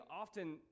often